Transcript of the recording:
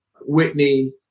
Whitney